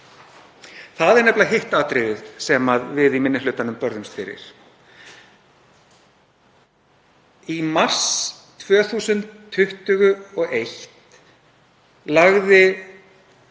Það er nefnilega hitt atriðið sem við í minni hlutanum börðumst fyrir. Í mars 2021 lagði